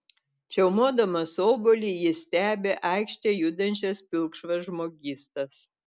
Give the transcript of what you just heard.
čiaumodamas obuolį jis stebi aikšte judančias pilkšvas žmogystas